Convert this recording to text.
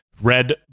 red